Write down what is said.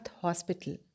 Hospital